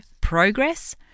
progress